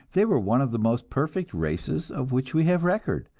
they were one of the most perfect races of which we have record.